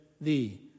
thee